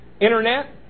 Internet